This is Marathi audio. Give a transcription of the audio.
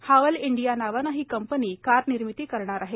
हावल इंडिया नावाने ही कंपनी कार निर्मिती करणार आहे